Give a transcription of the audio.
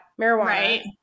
marijuana